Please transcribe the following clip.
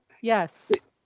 Yes